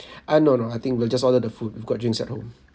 ah no no I think we'll just order the food we've got drinks at home